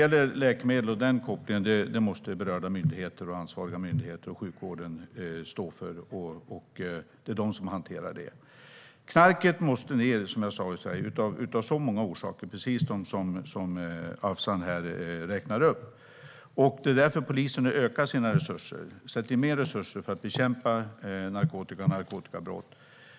Herr talman! Kopplingen till läkemedel måste ansvariga myndigheter och sjukvården stå för. Det är de som hanterar de frågorna. Knarket måste minska i Sverige av många anledningar, precis som Avsan räknar upp. Det är därför polisen sätter in mer resurser för att bekämpa narkotikabrott.